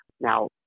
Now